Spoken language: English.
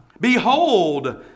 Behold